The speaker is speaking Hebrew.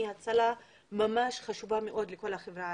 הצלה ממש חשובה מאוד לכל החברה הערבית.